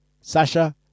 Sasha